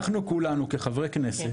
אנחנו כחברי כנסת